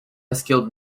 skilled